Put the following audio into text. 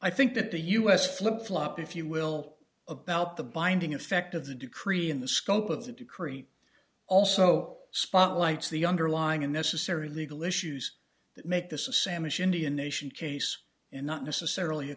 i think that the u s flip flop if you will about the binding effect of the decree in the scope of the decree also spotlights the underlying unnecessary legal issues that make this a samaj indian nation case and not necessarily a